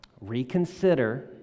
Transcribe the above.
reconsider